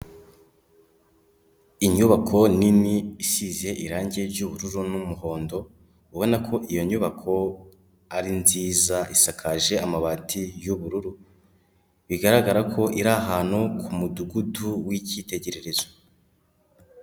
Inyubako nini isize irangi ry'ubururu n'umuhondo, ubona ko iyo nyubako ari nziza isakaje amabati y'ubururu, bigaragara ko iri ahantu ku mudugudu w'ikitegererezo.